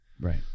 Right